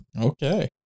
Okay